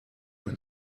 und